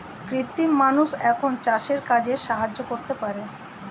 কৃত্রিম মানুষ এখন চাষের কাজে সাহায্য করতে পারে